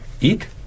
eat